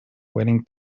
wedding